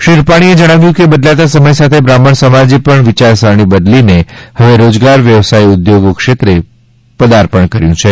શ્રી રૂપાણીએ જણાવ્યું કે બદલાતા સમય સાથે બ્રાહ્મણ સમાજે પણ વિયારસરણી બદલીને હવે રોજગાર વ્યાવસાય ઉદ્યોગો ક્ષેત્રે પદાર્પણ કર્યુ છે